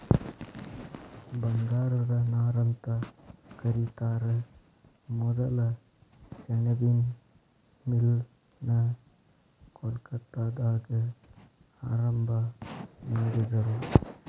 ಬಂಗಾರದ ನಾರಂತ ಕರಿತಾರ ಮೊದಲ ಸೆಣಬಿನ್ ಮಿಲ್ ನ ಕೊಲ್ಕತ್ತಾದಾಗ ಆರಂಭಾ ಮಾಡಿದರು